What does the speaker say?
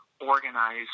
organize